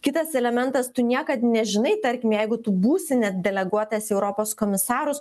kitas elementas tu niekad nežinai tarkim jeigu tu būsi net deleguotas į europos komisarus